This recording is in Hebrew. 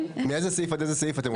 מאיזה סעיף לעד איזה סעיף אתם רוצים לעבור?